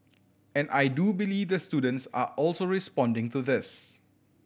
and I do believe the students are also responding to this